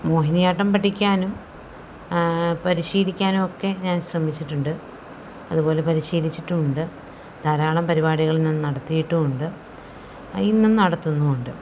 മോഹിനിയാട്ടം പഠിക്കാനും പരിശീലിക്കാനും ഒക്കെ ഞാൻ ശ്രമിച്ചിട്ടുണ്ട് അതുപോലെ പരിശീലിച്ചിട്ടും ഉണ്ട് ധാരാളം പരിപാടികൾ ഞാൻ നടത്തിയിട്ടും ഉണ്ട് ഇന്നും നടത്തുന്നും ഉണ്ട്